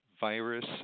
virus